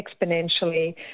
exponentially